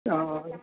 हॅं